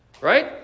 right